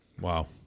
Wow